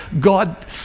God